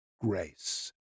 grace